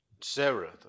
Sarah